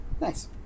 Nice